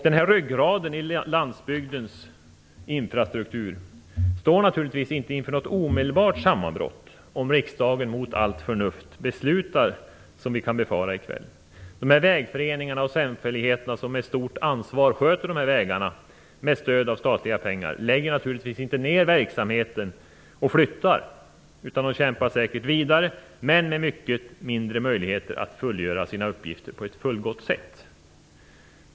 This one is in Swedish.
Den här ryggraden i landsbygdens infrastruktur står naturligtvis inte inför något omedelbart sammanbrott om riksdagen mot allt förnuft beslutar som vi kan befara i kväll. De vägföreningar och samfälligheter som med stort ansvar sköter de här vägarna med stöd av statliga pengar lägger naturligtvis inte ner verksamheten och flyttar. De kämpar säkert vidare, men med mycket mindre möjligheter att fullgöra sina uppgifter på ett fullgott sätt.